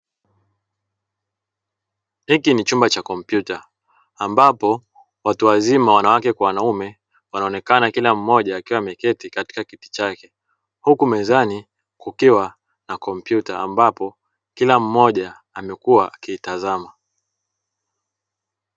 Hiki ni chumba cha kompyuta ambacho watu wazima wanawake kwa wanaume wanaonekana kila mmoja akiwa ameketi katika kiti chake huku mezani kukiwa na kompyuta ambapo kila mmoja amekua akiitazama.